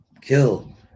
kill